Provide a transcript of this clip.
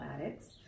addicts